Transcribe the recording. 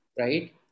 right